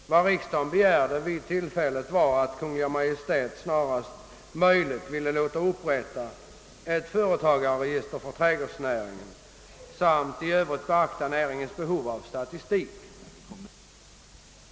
Vad riksdagen begärde var att Kungl. Maj:t snarast möjligt ville låta upprätta ett företagsregister för trädgårdsnäringen samt i Övrigt beakta näringens behov av statistik.